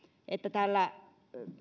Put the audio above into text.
että tällä